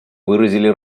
выразили